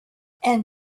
and